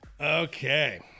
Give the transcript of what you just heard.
Okay